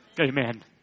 Amen